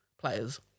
players